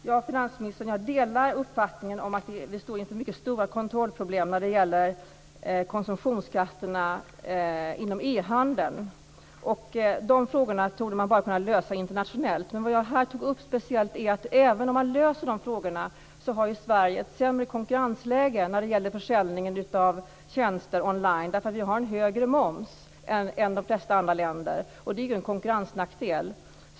Herr talman! Jag delar finansministerns uppfattning om att vi står inför mycket stora kontrollproblem när det gäller konsumtionsskatterna inom e-handeln. De frågorna torde man bara kunna lösa internationellt. Men vad jag här tog upp speciellt är att även om man löser de problemen har Sverige ett sämre konkurrensläge när det gäller försäljningen av tjänster online, därför att vi har en högre moms än de flesta andra länder. Det är en konkurrensnackdel.